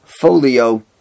folio